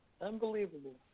Unbelievable